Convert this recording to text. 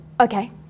Okay